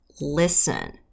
listen